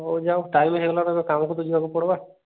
ହଉ ଯାଉ ଟାଇମ୍ ହେଇଗଲା ତାଙ୍କ କାମକୁ ତ ଯିବାକୁ ପଡ଼୍ବା